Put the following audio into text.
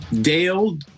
Dale